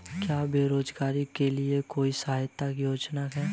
क्या बेरोजगारों के लिए भी कोई सहायता योजना है?